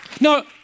No